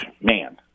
man